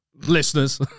listeners